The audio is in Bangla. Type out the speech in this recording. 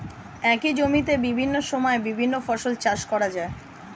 একই জমিতে বিভিন্ন সময়ে বিভিন্ন ফসল চাষ করা যায়